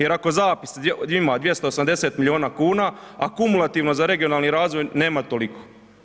Jer ako ... ima 280 milijuna kuna a kumulativno za regionalni razvoj nema toliko.